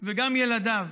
וגם ילדיו.